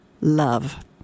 Love